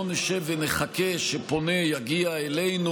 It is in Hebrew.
לא נשב ונחכה שפונה יגיע אלינו,